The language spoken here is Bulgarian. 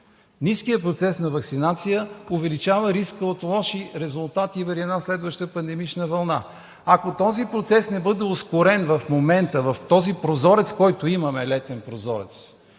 Ниският процес на ваксинация увеличава риска от лоши резултати при една следваща пандемична вълна. Ако този процес не бъде ускорен в момента, в този летен прозорец, който имаме, ние